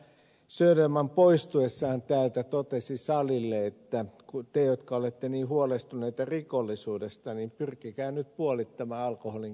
söderman poistuessaan täältä totesi salille että ne jotka ovat niin huolestuneita rikollisuudesta pyrkisivät nyt puolittamaan alkoholinkäyttöään